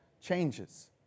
changes